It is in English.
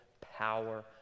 power